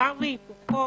דבר והיפוכו.